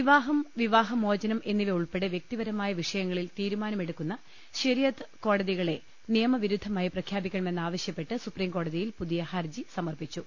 വിവാഹം വിവാഹമോചനം എന്നിവയുൾപ്പെടെ വ്യക്തിപരമായ വിഷ യങ്ങളിൽ തീരുമാനമെടുക്കുന്ന ശരിഅത്ത് കോടതികളെ നിയമവിരുദ്ധ മായി പ്രഖ്യാപിക്കണമെന്നാവശ്യപ്പെട്ട് സുപ്രീംകോടതിയിൽ പുതിയ ഹർജി സമർപ്പിച്ചു